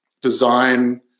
design